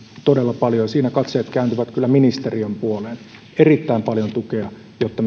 todella paljon ja siinä katseet kääntyvät kyllä ministeriön puoleen erittäin paljon tukea jotta